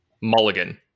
mulligan